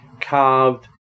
carved